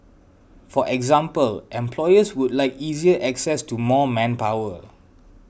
for example employers would like easier access to more manpower